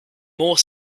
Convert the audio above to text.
more